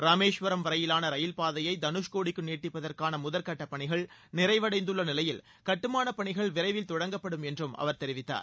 ராமேஸ்வரம் வரையிவாள ரயில் பானதயை தனுஷ்கோடிக்கு நீட்டிப்பதற்கான முதற்கட்டப் பணிகள் நிறைவடைந்துள்ள நிலையில் கட்டுமானப் பணிகள் விரைவில் தொடங்கப்படும் என்றும் அவர் தெரிவித்தார்